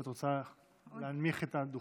אם את רוצה להנמיך את הדוכן,